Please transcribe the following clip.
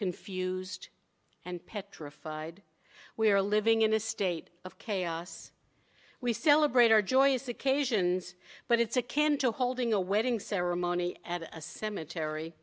confused and petrified we are living in a state of chaos we celebrate our joyous occasions but it's a can't a holding a wedding ceremony at a cemetery